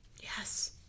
Yes